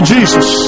Jesus